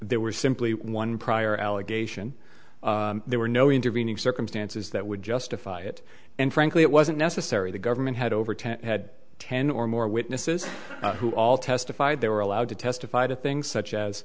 there were simply one prior allegation there were no intervening circumstances that would justify it and frankly it wasn't necessary the government had over ten had ten or more witnesses who all testified they were allowed to testify to things such